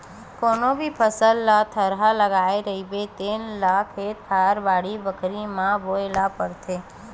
कोनो भी फसल के थरहा लगाए रहिबे तेन ल खेत खार, बाड़ी बखरी म बोए ल परथे